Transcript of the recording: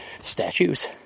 statues